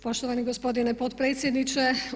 Poštovani gospodine potpredsjedniče.